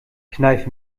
kneif